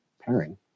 pairing